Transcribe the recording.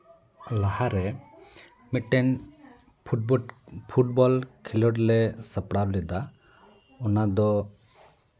ᱞᱟᱦᱟᱨᱮ ᱢᱤᱫᱴᱮᱱ ᱯᱷᱩᱴᱵᱩᱴ ᱯᱷᱩᱴᱵᱚᱞ ᱠᱷᱮᱞᱳᱰ ᱞᱮ ᱥᱟᱯᱲᱟᱣ ᱞᱮᱫᱟ ᱚᱱᱟ ᱫᱚ